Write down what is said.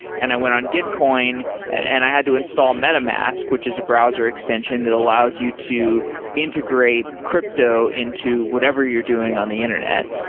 and i went on gitcoin and i had to install meta mask, which is a browser extension that allows you to integrate crypto into whatever you're doing on the internet.